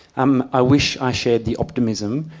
um i wish i shared the optimism,